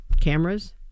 cameras